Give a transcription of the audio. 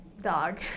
Dog